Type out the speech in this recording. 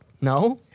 No